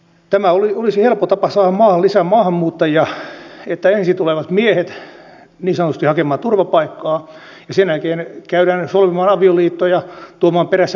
tämä olisi helppo tapa saada maahan lisää maahanmuuttajia että ensin tulevat miehet niin sanotusti hakemaan turvapaikkaa ja sen jälkeen käydään solmimaan avioliitto ja tuomaan perässä perheitä